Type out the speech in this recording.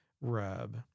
rub